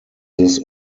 this